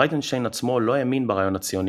ברייטנשטיין עצמו לא האמין ברעיון הציוני